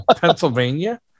Pennsylvania